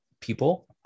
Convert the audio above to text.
people